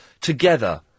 together